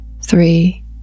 three